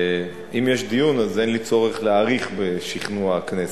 אם יש דיון אז אין לי צורך להאריך בשכנוע הכנסת,